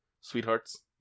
sweethearts